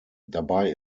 dabei